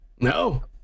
No